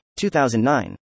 2009